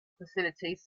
facilities